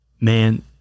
man